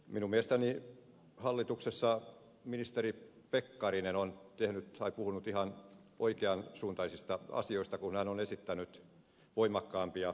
minun mielestäni hallituksessa ministeri pekkarinen on puhunut ihan oikean suuntaisista asioista kun hän on esittänyt voimakkaampia elvytystoimia